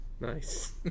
Nice